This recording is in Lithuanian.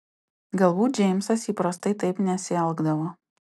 galbūt džeimsas įprastai taip nesielgdavo